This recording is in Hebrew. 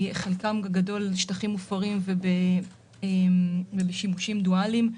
חלקן הגדול שטחים מופרים ובשימושים דואליים,